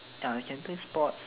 we can play sports